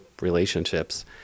relationships